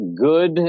good